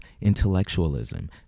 intellectualism